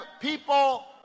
people